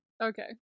Okay